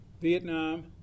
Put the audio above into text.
Vietnam